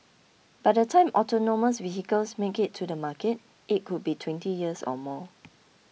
by the time autonomous vehicles make it to the market it could be twenty years or more